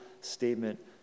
statement